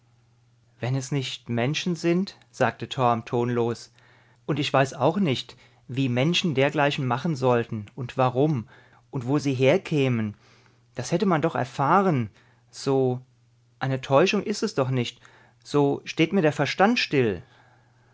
wenn es nicht menschen sind sagte torm tonlos und ich weiß auch nicht wie menschen dergleichen machen sollten und warum und wo sie herkämen das hätte man doch erfahren so eine täuschung ist es doch nicht so steht mir der verstand still